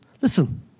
Listen